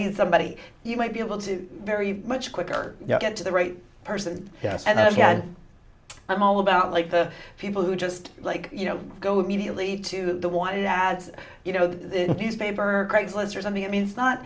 need somebody you might be able to very much quicker get to the right person yes and i'm all about like the people who just like you know go immediately to the want ads you know the newspaper or craigslist or something i mean it's not